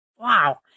wow